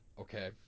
Okay